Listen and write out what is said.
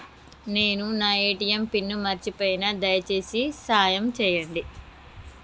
నేను నా ATM pin మర్చిపోయిన, దయచేసి సాయం చేయండి